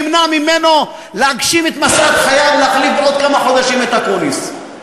ימנע ממנו להגשים את משאת חייו להחליף בעוד כמה חודשים את אקוניס.